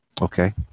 Okay